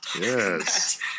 Yes